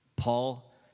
Paul